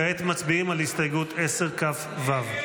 כעת מצביעים על הסתייגות 10 כ"ו.